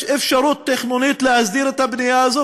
יש אפשרות תכנונית להסדיר את הבנייה הזאת,